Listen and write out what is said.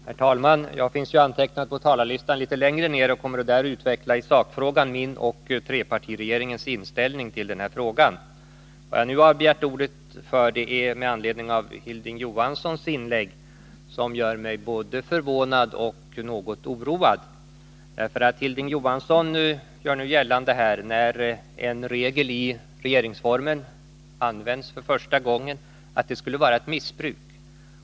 Herr talman! Jag är antecknad på talarlistan litet längre ned och kommer snart att utveckla min och trepartiregeringens inställning till den här frågan. Nu har jag begärt ordet med anledning av Hilding Johanssons inlägg, som gör mig både förvånad och något oroad. Hilding Johansson gör nu gällande, när en regel i regeringsformen används för första gången, att det skulle vara ett missbruk.